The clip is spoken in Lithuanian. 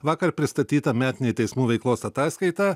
vakar pristatyta metinė teismų veiklos ataskaita